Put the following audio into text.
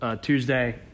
Tuesday